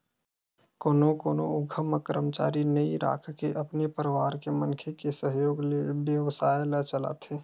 कोनो कोनो उद्यम म करमचारी नइ राखके अपने परवार के मनखे के सहयोग ले बेवसाय ल चलाथे